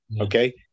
Okay